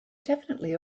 definitely